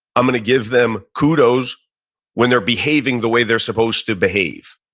i'm going to give them kudos when they're behaving the way they're supposed to behave,